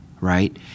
right